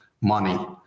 money